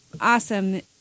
awesome